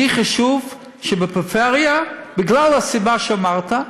לי חשוב שבפריפריה, בגלל הסיבה שאמרת,